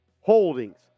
holdings